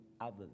others